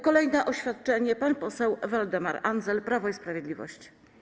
Kolejne oświadczenie, pan poseł Waldemar Andzel, Prawo i Sprawiedliwość.